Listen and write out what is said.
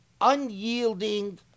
unyielding